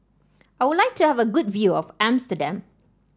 I would like to have a good view of Amsterdam